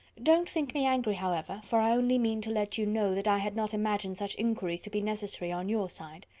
don't think me angry, however, for i only mean to let you know that i had not imagined such inquiries to be necessary on your side.